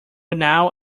now